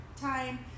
time